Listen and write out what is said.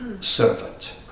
servant